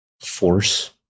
force